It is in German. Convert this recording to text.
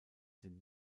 den